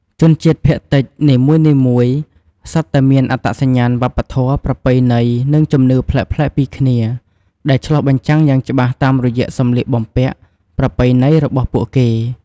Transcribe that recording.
ជនជាតិភាគតិចនីមួយៗសុទ្ធតែមានអត្តសញ្ញាណវប្បធម៌ ប្រពៃណី និងជំនឿប្លែកៗពីគ្នា ដែលឆ្លុះបញ្ចាំងយ៉ាងច្បាស់តាមរយៈសម្លៀកបំពាក់ប្រពៃណីរបស់ពួកគេ។